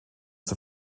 zur